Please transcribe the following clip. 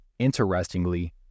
Interestingly